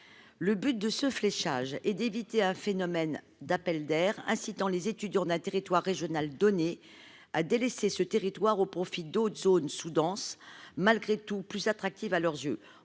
le but de ce fléchage et d'éviter un phénomène d'appel d'air, incitant les étudiants d'un territoire régional à délaisser ce territoire au profit d'autres zones sous-denses malgré tout plus attractive, à leurs yeux,